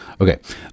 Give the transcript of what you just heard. Okay